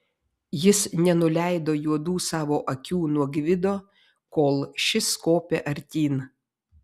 jis nenuleido juodų savo akių nuo gvido kol šis kopė artyn